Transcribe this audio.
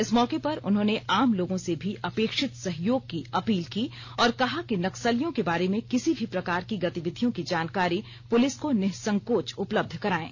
इस मौके पर उन्होंने आम लोगों से भी अपेक्षित सहयोग की अपील की और कहा कि नक्सलियों के बारे में किसी भी प्रकार की गतिविधियों की जानकारी पुलिस को निसंकोच उपलब्ध करायें